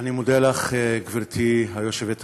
אני מודה לך, גברתי היושבת-ראש,